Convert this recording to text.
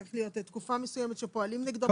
צריך להיות תקופה מסוימת שפועלים נגדו.